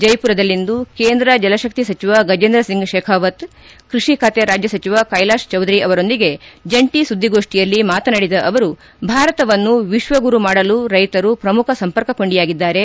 ಜೈಮರದಲ್ಲಿಂದು ಕೇಂದ್ರ ಜಲಶಕ್ತಿ ಸಚಿವ ಗಜೇಂದ್ರಸಿಂಗ್ ಕೇಖಾವತ್ ಕೃಷಿ ಖಾತೆ ರಾಜ್ಯ ಸಚಿವ ಕ್ಕೆಲಾಶ್ ಚೌಧರಿ ಅವರೊಂದಿಗೆ ಜಂಟಿ ಸುದ್ಲಿಗೋಷ್ಟಿಯಲ್ಲಿ ಮಾತನಾಡಿದ ಅವರು ಭಾರತವನ್ನು ವಿಶ್ವಗುರು ಮಾಡಲು ರೈಶರು ಪ್ರಮುಖ ಸಂಪರ್ಕ ಕೊಂಡಿಯಾಗಿದ್ದಾರೆ